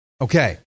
Okay